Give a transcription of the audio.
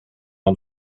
man